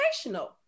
educational